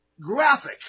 graphic